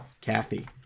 Kathy